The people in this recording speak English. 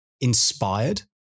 inspired